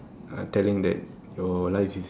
uh telling that your life is